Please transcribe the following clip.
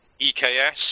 EKS